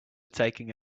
taking